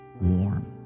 warm